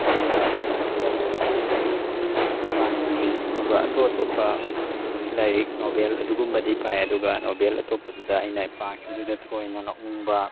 ꯑꯗꯨꯒꯨꯝꯕ ꯂꯥꯏꯔꯤꯛꯇꯤ ꯑꯩ ꯄꯥꯈꯤꯗ꯭ꯔꯤ ꯑꯗꯨꯒ ꯑꯇꯣꯞ ꯑꯇꯣꯞꯄ ꯂꯥꯏꯔꯤꯛ ꯅꯣꯕꯦꯜ ꯑꯗꯨꯒꯨꯝꯕꯗꯤ ꯄꯥꯏ ꯑꯗꯨꯒ ꯅꯣꯕꯦꯜ ꯑꯇꯣꯞꯄꯗꯨꯗ ꯑꯩꯅ ꯄꯥꯈꯤꯕꯗꯨꯗ ꯊꯣꯏꯅ ꯅꯣꯛꯅꯤꯡꯕ